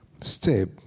step